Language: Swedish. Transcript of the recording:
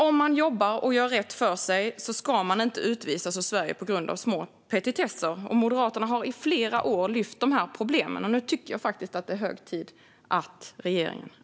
Om man jobbar och gör rätt för sig ska man inte utvisas ur Sverige på grund av petitesser. Moderaterna har i flera år lyft fram dessa problem. Nu tycker jag faktiskt att det är hög tid att regeringen agerar.